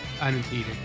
unimpeded